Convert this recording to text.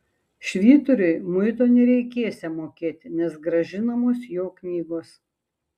švyturiui muito nereikėsią mokėti nes grąžinamos jo knygos